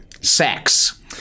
Sex